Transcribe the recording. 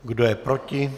Kdo je proti?